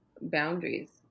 boundaries